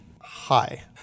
Hi